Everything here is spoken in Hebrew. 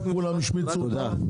כולם השמיצו אותם,